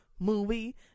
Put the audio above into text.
Movie